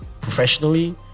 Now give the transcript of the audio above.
professionally